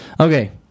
Okay